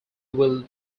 will